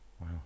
Wow